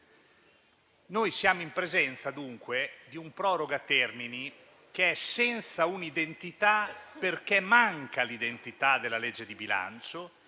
dunque in presenza di un proroga termini senza un'identità perché manca l'identità della legge di bilancio